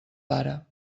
pare